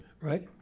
Right